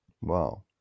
Wow